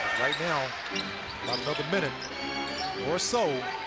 right now about another minute or so.